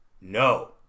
No